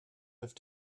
have